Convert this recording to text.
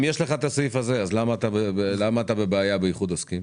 אם יש את הסעיף הזה אז למה אתה בבעיה באיחוד עוסקים?